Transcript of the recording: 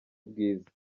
ubwiza